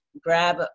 grab